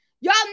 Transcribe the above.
Y'all